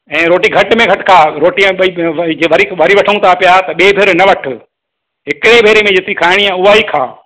ऐं रोटी घटि में घटि खाउ रोटी अ ॿई अ वरी जीअं वरी वरी वठूं था पिया त ॿिए भेरे न वठु हिक ए भेरे में यकी खाइणी आहे ऊहं ई खाउ